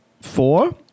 four